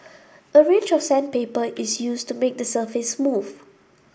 a range of sandpaper is used to make the surface smooth